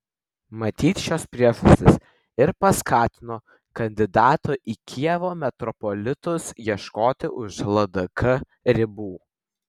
matyt šios priežastys ir paskatino kandidato į kijevo metropolitus ieškoti už ldk ribų